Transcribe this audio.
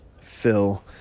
fill